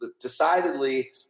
decidedly